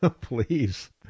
Please